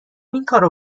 اینکارو